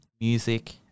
music